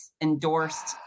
endorsed